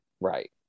Right